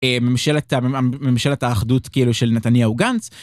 ממשלת הממשלת האחדות כאילו של נתניהו גנץ.